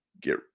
get